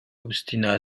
obstina